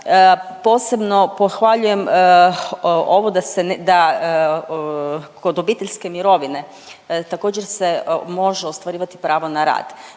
posebno pohvaljujem ovo da se, da kod obiteljske mirovine također se može ostvarivati pravo na rad.